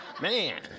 Man